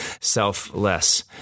selfless